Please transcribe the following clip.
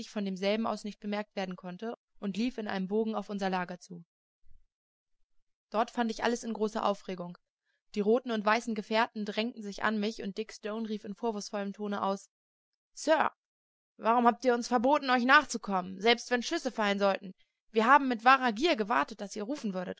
von demselben aus nicht bemerkt werden konnte und lief in einem bogen auf unser lager zu dort fand ich alles in großer aufregung die roten und weißen gefährten drängten sich an mich heran und dick stone rief in vorwurfsvollem tone aus sir warum habt ihr uns verboten euch nachzukommen selbst wenn schüsse fallen sollten wir haben mit wahrer gier gewartet daß ihr rufen würdet